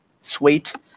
sweet